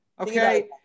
Okay